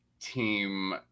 Team